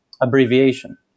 abbreviation